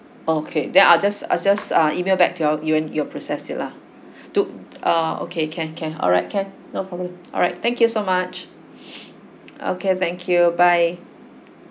okay then I'll just I'll just uh emailed back to you all and you'll process it lah do ah okay can can alright can no problem alright thank you so much okay thank you bye